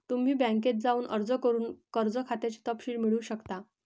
तुम्ही बँकेत जाऊन अर्ज करून कर्ज खात्याचे तपशील मिळवू शकता